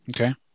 Okay